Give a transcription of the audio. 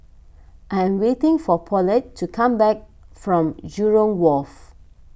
I am waiting for Paulette to come back from Jurong Wharf